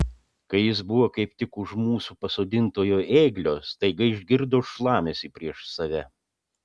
kai jis buvo kaip tik už mūsų pasodintojo ėglio staiga išgirdo šlamesį prieš save